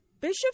Bishop